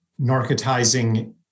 narcotizing